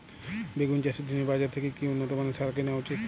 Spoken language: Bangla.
বেগুন চাষের জন্য বাজার থেকে কি উন্নত মানের সার কিনা উচিৎ?